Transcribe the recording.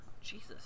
Jesus